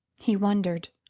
he wondered,